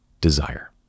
desire